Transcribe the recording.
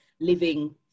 living